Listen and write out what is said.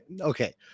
Okay